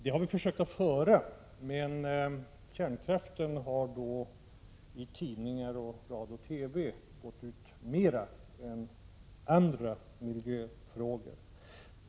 Vi har försökt föra en sådan debatt, men i tidningar och radio-TV har kärnkraften gått ut mera än andra miljöfrågor.